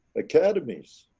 academies,